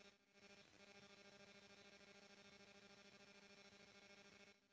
अनाज के शुद्धता माप के ओकर भण्डारन करल जाला